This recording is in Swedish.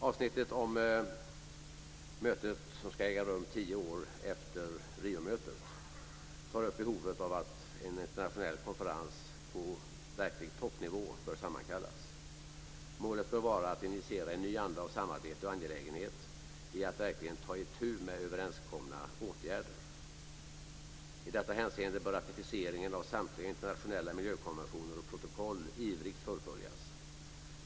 Avsnittet om det möte som ska äga rum tio år efter Riomötet tar upp behovet av att en internationell konferens på verklig toppnivå sammankallas. Målet bör vara att injicera en ny anda av samarbete och angelägenhet när det gäller att verkligen ta itu med överenskomna åtgärder. I detta hänseende bör ratificeringen av samtliga internationella miljökonventioner och protokoll ivrigt fullföljas.